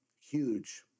huge